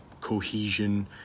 cohesion